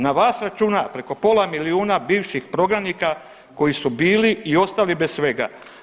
Na vas računa preko pola milijuna bivših prognanika koji su bili i ostali bez svega.